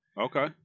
Okay